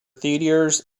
theaters